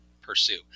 pursue